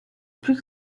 plus